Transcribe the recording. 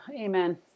Amen